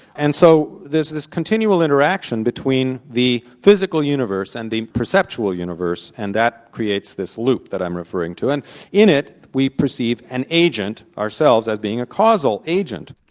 and so there's this continual interaction between the physical universe and the perceptual universe, and that creates this loop that i'm referring to, and in it, we perceive an agent ourselves as being a causal agent.